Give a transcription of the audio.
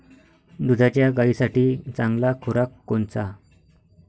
दुधाच्या गायीसाठी चांगला खुराक कोनचा?